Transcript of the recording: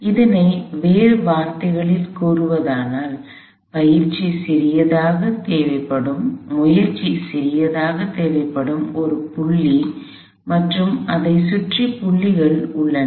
இதனைவேறு வார்த்தைகளில் கூறுவதானால் முயற்சி சிறியதாக தேவைப்படும் ஒரு புள்ளி மற்றும் அதைச் சுற்றி புள்ளிகள் உள்ளன